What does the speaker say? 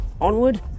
onward